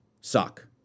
suck